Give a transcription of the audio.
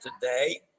today